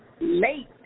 late